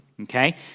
Okay